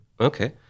Okay